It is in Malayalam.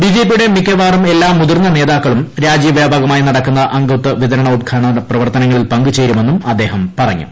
ബി ജെ പിയുടെ മിക്കവാറും എല്ലാ മുതിർന്ന നേതാക്കളും രാജൃവൃാപകമായി നടക്കുന്ന അംഗത്വ വിതരണോദ്ഘാടന പ്രവർത്തനങ്ങളിൽ പങ്കു ചേരുമെന്നും പറഞ്ഞു